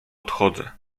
odchodzę